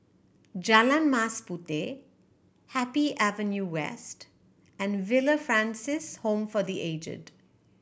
Jalan Mas Puteh Happy Avenue West and Villa Francis Home for The Aged